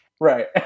Right